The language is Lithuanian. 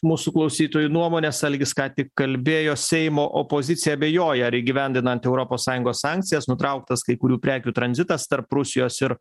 mūsų klausytojų nuomones algis ką tik kalbėjo seimo opozicija abejoja ar įgyvendinant europos sąjungos sankcijas nutrauktas kai kurių prekių tranzitas tarp rusijos ir